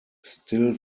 still